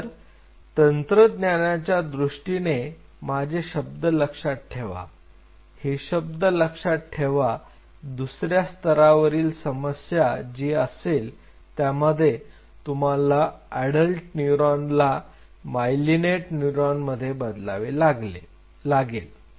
तर तंत्रज्ञानाच्या दृष्टीने माझे शब्द लक्षात ठेवा हे शब्द लक्षात ठेवा दुसऱ्या स्तरावरील समस्या जी असेल त्यामध्ये तुम्हाला अडल्ट न्यूरॉन ला मायलिनेट न्यूरॉन मध्ये बदलावे लागेल